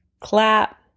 Clap